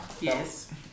Yes